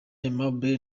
aimable